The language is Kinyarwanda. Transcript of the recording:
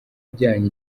byanyu